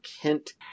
Kent